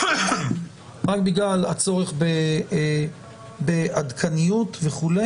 רק בגלל הצורך בעדכניות וכו'.